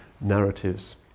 narratives